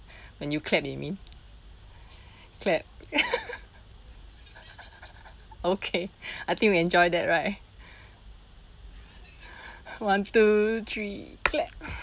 when you clap you mean clap okay I think we enjoy that right one two three clap